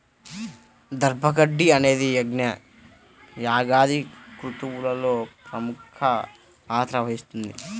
దర్భ గడ్డి అనేది యజ్ఞ, యాగాది క్రతువులలో ప్రముఖ పాత్ర వహిస్తుంది